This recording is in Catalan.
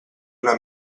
una